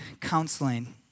counseling